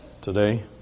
today